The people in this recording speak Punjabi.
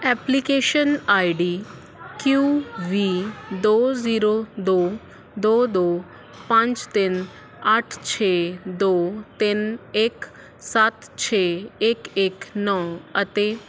ਐਪਲੀਕੇਸ਼ਨ ਆਈਡੀ ਕਿਉ ਵੀ ਦੋ ਜ਼ੀਰੋ ਦੋ ਦੋ ਦੋ ਪੰਜ ਤਿੰਨ ਅੱਠ ਛੇ ਦੋ ਤਿੰਨ ਇੱਕ ਸੱਤ ਛੇ ਇੱਕ ਇੱਕ ਨੌਂ ਅਤੇ